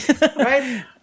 Right